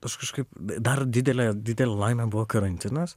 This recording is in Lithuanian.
aš kažkaip dar didelė didelė laimė buvo karantinas